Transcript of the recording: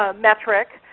ah metric,